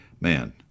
man